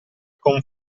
con